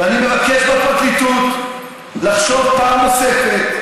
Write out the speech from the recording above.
אני מבקש מהפרקליטות לחשוב פעם נוספת,